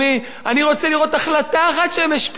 אני רוצה לראות החלטה אחת שהם השפיעו עליה.